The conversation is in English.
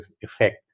effect